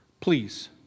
Please